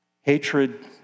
Hatred